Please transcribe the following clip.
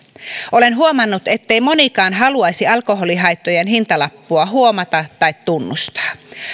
olen huomannut ettei monikaan haluaisi alkoholihaittojen hintalappua huomata tai tunnustaa